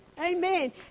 Amen